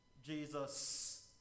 Jesus